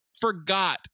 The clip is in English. forgot